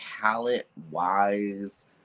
palette-wise